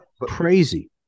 crazy